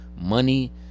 money